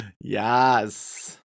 Yes